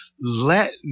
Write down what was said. Let